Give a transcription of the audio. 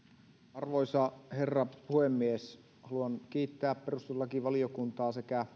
arvoisa herra puhemies haluan kiittää perustuslakivaliokuntaa sekä